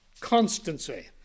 constancy